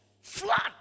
Flood